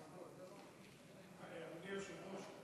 אדוני היושב-ראש,